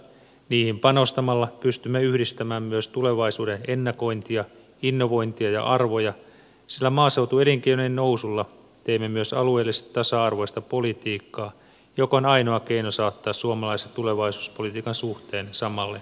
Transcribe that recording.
niihin panostamalla pystymme yhdistämään myös tulevaisuuden ennakointia innovointia ja arvoja sillä maaseutuelinkeinojen nousulla teemme myös alueellisesti tasa arvoista politiikkaa joka on ainoa keino saattaa suomalaiset tulevaisuuspolitiikan suhteen samalle lähtöviivalle